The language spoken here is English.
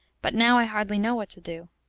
but now i hardly know what to do.